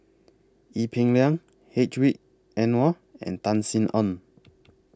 Ee Peng Liang Hedwig Anuar and Tan Sin Aun